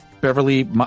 Beverly